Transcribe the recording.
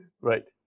Right